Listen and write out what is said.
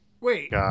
Wait